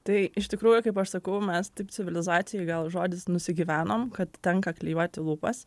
tai iš tikrųjų kaip aš sakau mes taip civilizacijoj žodis nusigyvenom kad tenka klijuoti lūpas